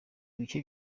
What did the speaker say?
ibiki